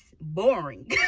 boring